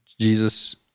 Jesus